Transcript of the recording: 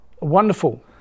wonderful